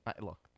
Look